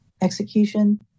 execution